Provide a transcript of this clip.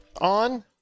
on